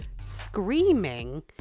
screaming